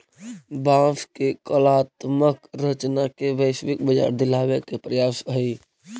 बाँस के कलात्मक रचना के वैश्विक बाजार दिलावे के प्रयास हई